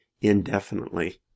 indefinitely